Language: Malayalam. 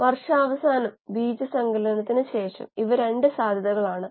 ഇളക്കിയ ടാങ്കുകളുടെ കാര്യത്തിൽ ഇവ വളരെ സ്റ്റാൻഡേർഡ് ആണ്